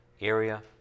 area